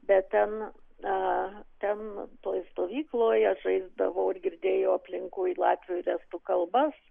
bet ten na ten toj stovykloj aš žaisdavau ir girdėjau aplinkuj latvių ir estų kalbas